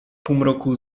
półmroku